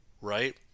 right